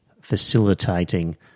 facilitating